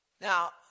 Now